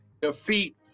defeat